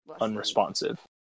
unresponsive